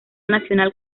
nacional